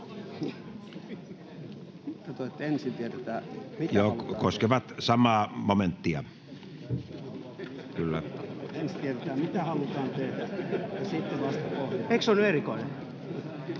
koskevat samaa momenttia.